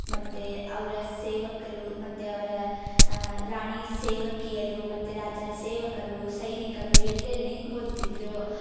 ಮತ್ತು ಅವರ ಸೇವಕರು ಮತ್ತು ಅವರ ರಾಣಿ ಸೇವಕಿಯರು ಮತ್ತು ರಾಜನ ಸೇವಕರು ಸೈನಿಕರು ಎಲ್ಲೆಲ್ಲಿ ನಿಂತ್ಕೊಂತಿದ್ದರು